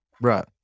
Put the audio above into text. Right